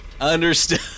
Understood